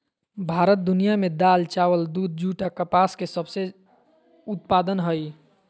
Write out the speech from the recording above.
भारत दुनिया में दाल, चावल, दूध, जूट आ कपास के सबसे उत्पादन हइ